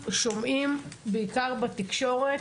בעיקר בתקשורת,